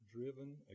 driven